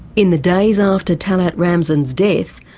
in the days after talet ramzan's death,